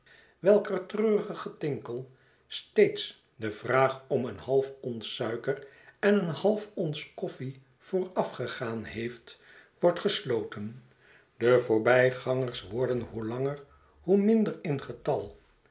welker treurig getinkel steeds de vraag om een half ons suiker en een half ons koffie voorafgegaan heeft wordt gesloten de voorbygangers word en hoe langer hoe minder in getal